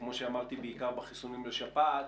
כמו שאמרתי, בעיקר בחיסונים לשפעת.